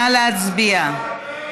נא להצביע.